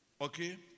okay